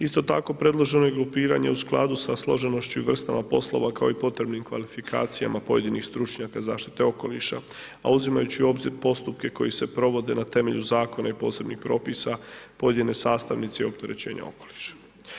Isto tako, predloženo je grupiranje u skladu sa složenošću i vrstama poslova, kao i potrebnim kvalifikacijama pojedinih stručnjaka zašite okoliša, a uzimajući u obzir postupke koji se provode na temelju Zakona i Posebnih propisa pojedine … i opterećenja okoliša.